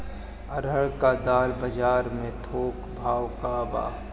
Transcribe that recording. अरहर क दाल बजार में थोक भाव का बा?